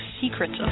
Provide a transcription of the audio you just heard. secrets